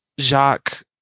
Jacques